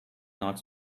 not